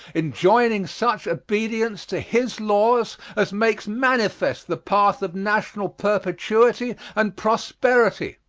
enjoining such obedience to his laws as makes manifest the path of national perpetuity and prosperity